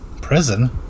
prison